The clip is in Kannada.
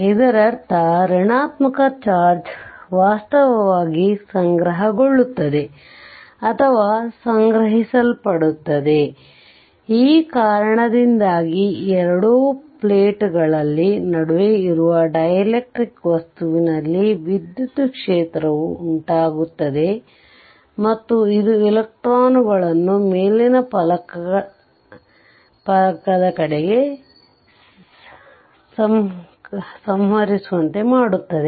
ಇದರರ್ಥ ಋಣಾತ್ಮಕ ಚಾರ್ಜ್ ವಾಸ್ತವವಾಗಿ ಸಂಗ್ರಹಗೊಳ್ಳುತ್ತದೆ ಅಥವಾ ಸಂಗ್ರಹಿಸಲ್ಪಡುತ್ತದೆ ಆದ್ದರಿಂದ ಈ ಕಾರಣದಿಂದಾಗಿ ಈ ಎರಡು ಪ್ಲೇಟ್ ಗಳಲ್ಲಿ ನಡುವೆ ಇರುವ ಡೈಎಲೆಕ್ಟ್ರಿಕ್ ವಸ್ತುವಿನಲ್ಲಿ ವಿದ್ಯುತ್ ಕ್ಷೇತ್ರವು ಉಂಟಾಗುತ್ತದೆ ಮತ್ತು ಇದು ಎಲೆಕ್ಟ್ರಾನ್ಗಳನ್ನು ಮೇಲಿನಫಲಕ ಕಡೆಗೆ ಸಂಕರಿಸುವಂತೆ ಮಾಡುತ್ತದೆ